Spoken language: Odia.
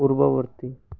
ପୂର୍ବବର୍ତ୍ତୀ